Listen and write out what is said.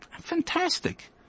Fantastic